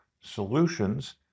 solutions